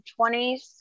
20s